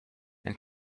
and